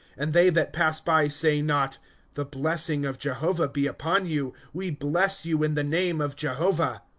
and they that pass by say not the blessing of jehovah be upon you we bless you in the name of jehovah.